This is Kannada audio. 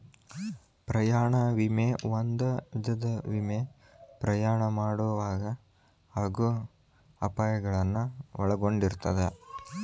ಪ್ರಯಾಣ ವಿಮೆ ಒಂದ ವಿಧದ ವಿಮೆ ಪ್ರಯಾಣ ಮಾಡೊವಾಗ ಆಗೋ ಅಪಾಯಗಳನ್ನ ಒಳಗೊಂಡಿರ್ತದ